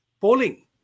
polling